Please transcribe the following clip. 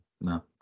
no